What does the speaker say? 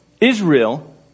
Israel